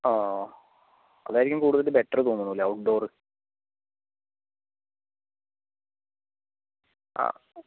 ആ ആ അതായിരിക്കും കൂടുതൽ ബെറ്റർ എന്ന് തോന്നണു അല്ലേ ഔട്ട്ഡോർ ആ